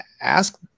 ask